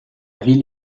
ville